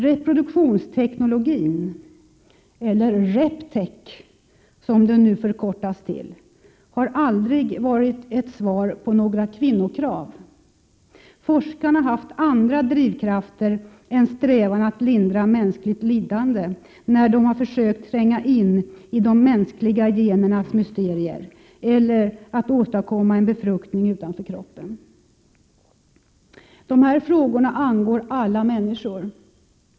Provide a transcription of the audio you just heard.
Reproduktionsteknologin — eller reptek som den nu förkortas till — har aldrig varit ett svar på några kvinnokrav. Forskarna har haft andra drivkrafter än strävan att lindra mänskligt lidande när de försökt tränga in i de mänskliga genernas mysterier eller att åstadkomma en befruktning utanför kroppen. Dessa frågor angår alla människor.